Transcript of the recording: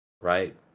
right